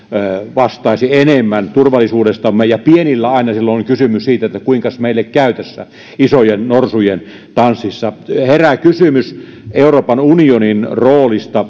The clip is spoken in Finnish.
vastaisi enemmän turvallisuudestamme ja pienillä aina silloin on kysymys siitä että kuinkas meille käy tässä isojen norsujen tanssissa herää kysymys euroopan unionin roolista